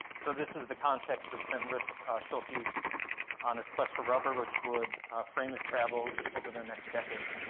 so this is the context that sent schultes on his quest for rubber, which would frame his travels over the next decade.